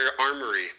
Armory